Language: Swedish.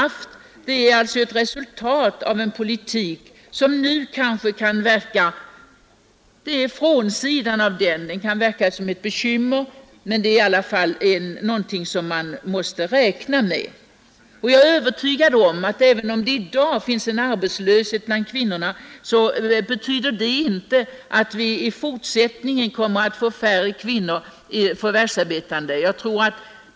Allt detta är alltså resultatet av en politik, som vi nu kanske tycker oss se frånsidan av. Situationen kan verka bekymmersam, men kvinnorna på arbetsmarknaden är i alla fall någonting som man måste räkna med. Jag är övertygad om att även om det i dag finns arbetslöshet bland kvinnorna betyder det inte att vi i fortsättningen kommer att få färre förvärvsarbetande kvinnor.